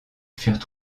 furent